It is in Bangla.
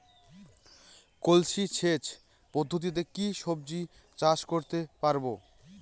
কলসি সেচ পদ্ধতিতে কি সবজি চাষ করতে পারব?